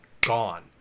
gone